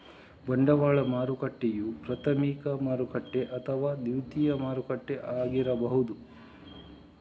ಬಂಡವಾಳ ಮಾರುಕಟ್ಟೆಯು ಪ್ರಾಥಮಿಕ ಮಾರುಕಟ್ಟೆ ಅಥವಾ ದ್ವಿತೀಯ ಮಾರುಕಟ್ಟೆಯಾಗಿರಬಹುದು